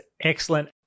excellent